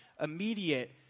immediate